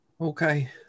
Okay